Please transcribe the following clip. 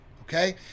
okay